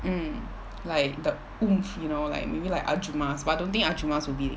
mm like the you know like maybe like but I don't think will be